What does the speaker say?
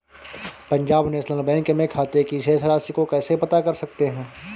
Punjab National Bank में खाते की शेष राशि को कैसे पता कर सकते हैं?